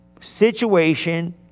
situation